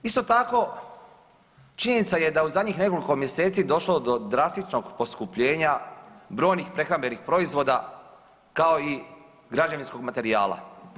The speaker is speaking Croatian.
Isto tako činjenica je da u zadnjih nekoliko mjeseci došlo do drastičnog pokupljenja brojnih prehrambenih proizvoda kao i građevinskog materijala.